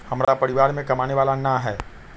हमरा परिवार में कमाने वाला ना है?